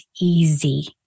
easy